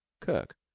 kirk